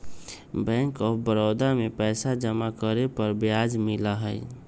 bank of Baroda में पैसा जमा करे पर ब्याज मिला हई